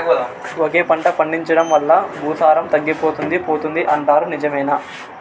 ఒకే పంట పండించడం వల్ల భూసారం తగ్గిపోతుంది పోతుంది అంటారు నిజమేనా